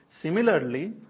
Similarly